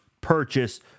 purchase